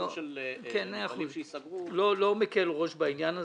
בסיפור של מפעלים שייסגרו --- אני לא מקל ראש בעניין הזה.